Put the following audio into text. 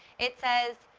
it says,